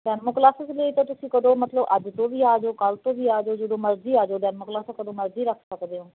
demo classes ਲਈ ਤਾਂ ਤੁਸੀਂ ਕਦੋਂ ਮਤਲਬ ਅੱਜ ਤੋਂ ਵੀ ਆ ਜਾਓ ਕੱਲ੍ਹ ਤੋਂ ਵੀ ਆ ਜਾਓ ਜਦੋਂ ਮਰਜ਼ੀ ਆ ਜਾਓ ਡੈਮੋ ਕਲਾਸਾਂ ਕਦੋਂ ਮਰਜ਼ੀ ਰੱਖ ਸਕਦੇ ਹੋ